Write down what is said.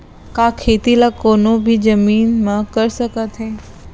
का खेती ला कोनो भी जमीन म कर सकथे?